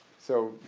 so,